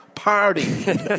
Party